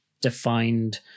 defined